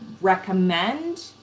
recommend